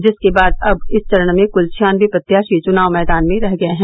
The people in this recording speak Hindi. जिसके बाद अब इस चरण में कुल छियान्नबे प्रत्याशी चुनाव मैदान में रह गये हैं